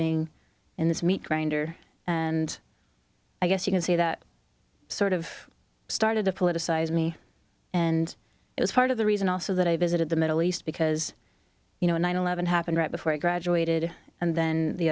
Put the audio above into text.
being in this meat grinder and i guess you can say that sort of started to politicize me and it was part of the reason also that i visited the middle east because you know nine eleven happened right before i graduated and then the